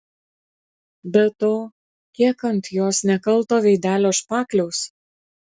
be to kiek ant jos nekalto veidelio špakliaus